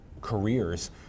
careers